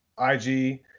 IG